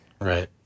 Right